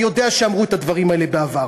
אני יודע שאמרו את הדברים האלה בעבר.